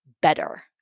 better